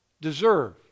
deserve